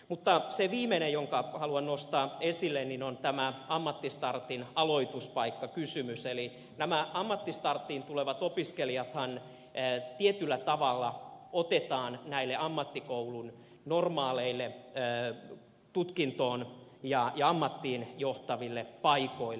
mutta se viimeinen asia jonka haluan nostaa esille on ammattistartin aloituspaikkakysymys eli nämä ammattistarttiin tulevat opiskelijathan tietyllä tavalla otetaan näille ammattikoulun normaaleille tutkintoon ja ammattiin johtaville paikoille